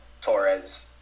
Torres